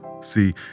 See